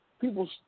people